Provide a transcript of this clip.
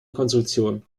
konstruktion